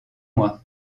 mois